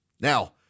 Now